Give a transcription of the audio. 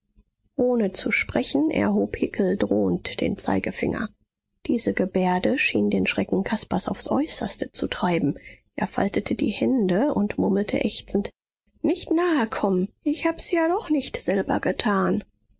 ohne zu sprechen erhob hickel drohend den zeigefinger diese gebärde schien den schrecken caspars aufs äußerste zu treiben er faltete die hände und murmelte ächzend nicht nahekommen ich hab's ja doch nicht selber getan